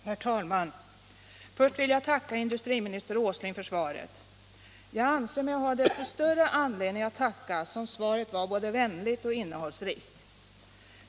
Herr talman! Först vill jag tacka industriminister Åsling för svaret. Jag anser mig ha så mycket större anledning att tacka som svaret var både vänligt och innehållsrikt.